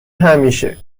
همیشه